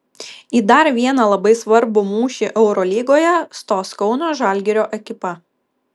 į dar vieną labai svarbų mūšį eurolygoje stos kauno žalgirio ekipa